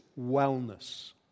wellness